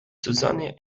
susanne